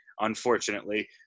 unfortunately